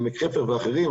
מעמק חפר ואחרים,